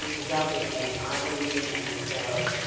and resulting in our believing in ourselves,